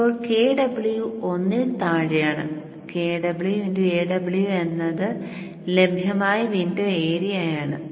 ഇപ്പോൾ Kw 1 ൽ താഴെയാണ് Kw Aw എന്നത് ലഭ്യമായ വിൻഡോ ഏരിയയാണ്